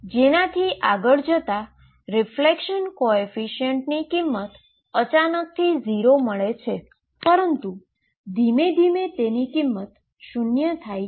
જેનાથી આગળ જતા રીફ્લલેક્શન કોએફીશીઅન્ટ કિંમત અચાનકથી 0 મળે છે પરંતુ ધીમે ધીમે તેની કિંમત શુન્ય થાય છે